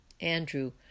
Andrew